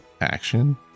Action